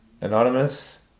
Anonymous